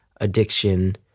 addiction